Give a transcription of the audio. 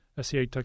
SCA